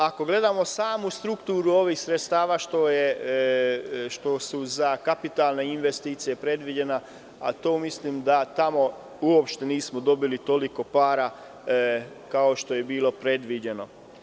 Ako gledamo samu strukturu ovih sredstava koja su predviđena za kapitalne investicije, mislim da tamo uopšte nismo dobili toliko para, kao što je bilo predviđeno.